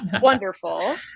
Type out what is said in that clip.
wonderful